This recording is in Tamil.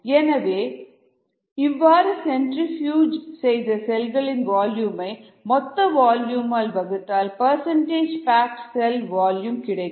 எனவே இவ்வாறு சென்றிஃபுஜ் செய்த செல்களின் வால்யூமை மொத்த வால்யூம் ஆல் வகுத்தால் பர்சன்டேஜ் பேக்டு செல் வால்யூம் கிடைக்கும்